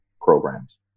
programs